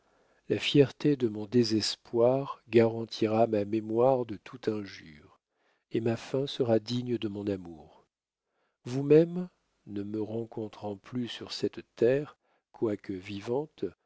la fierté de mon désespoir garantira ma mémoire de toute injure et ma fin sera digne de mon amour vous-même ne me rencontrant plus sur cette terre quoique vivante